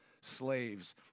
slaves